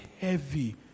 heavy